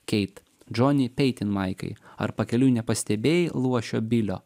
keit džoni peitinmaikai ar pakeliui nepastebėjai luošio bilio